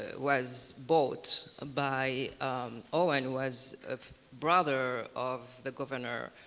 was bought by owen who was a brother of the governor